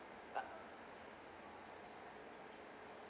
uh